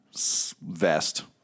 vest